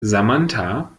samantha